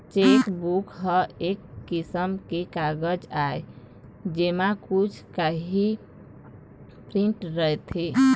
chequebook ह एक किसम के कागज आय जेमा कुछ काही प्रिंट रहिथे